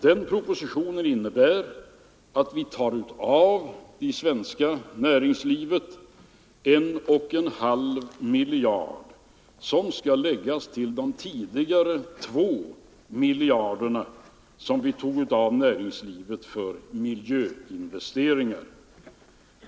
Den propositionen innebär att vi tar av det svenska näringslivet en och en halv miljard som skall läggas till de tidigare två miljarderna som vi tog av näringslivet för miljöinvesteringar.